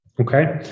Okay